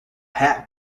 hat